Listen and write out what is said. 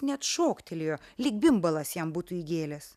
net šoktelėjo lyg bimbalas jam būtų įgėlęs